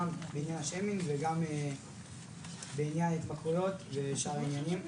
גם בעניין השיימינג וגם בעניין התמכרויות ושאר העניינים.